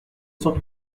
sans